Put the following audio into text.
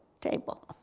Table